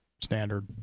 standard